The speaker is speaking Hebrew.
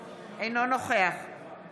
אינו נוכח חוה